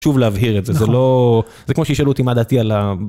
שוב להבהיר את זה, זה לא... זה כמו שישאלו אותי מה דעתי על ה...